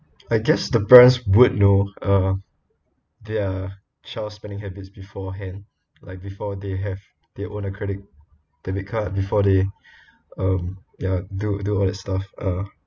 I guess the parents would know uh their child's spending habits beforehand like before they have they own a credit debit card before they um ya do do all the stuff uh